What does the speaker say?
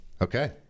Okay